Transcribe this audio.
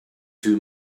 too